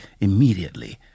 immediately